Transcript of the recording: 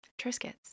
Triscuits